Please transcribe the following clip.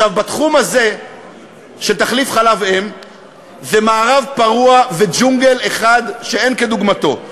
בתחום הזה של תחליף חלב אם זה מערב פרוע וג'ונגל אחד שאין כדוגמתו.